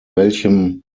welchem